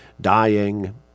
dying